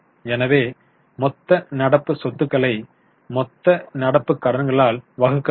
எனவே மொத்த நடப்பு சொத்துக்களை மொத்த நடப்புக் கடன்களால் வகுக்க வேண்டும்